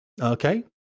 okay